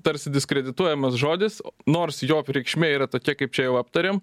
tarsi diskredituojamas žodis nors jo reikšmė yra tokia kaip čia jau aptarėm